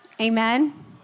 Amen